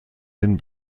den